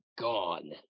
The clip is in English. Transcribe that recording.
gone